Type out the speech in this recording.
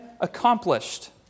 accomplished